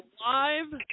live